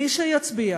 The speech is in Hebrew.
מי שיצביע